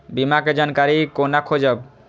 बीमा के जानकारी कोना खोजब?